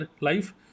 life